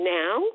now